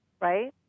right